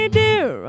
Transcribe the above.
dear